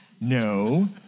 no